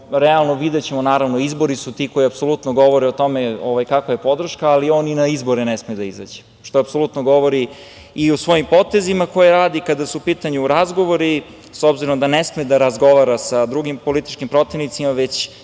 realno, videćemo, izbori su ti koji apsolutno govore o tome kakva je podrška, ali on ni na izbore ne sme da izađe, što je apsolutno govori i o svojim potezima koje radi kada su u pitanju razgovori, s obzirom da ne sme da razgovara sa drugim političkim protivnicima traži